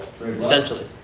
essentially